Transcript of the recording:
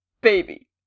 Baby